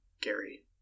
Gary